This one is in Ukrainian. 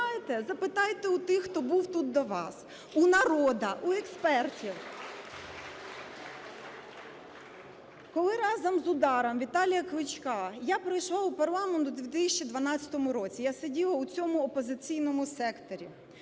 запитайте у тих, хто був тут до вас, у народу, у експертів. Коли разом з "УДАРом" Віталія Кличка я пройшла у парламент у 2012 році, я сиділа у цьому опозиційному секторі,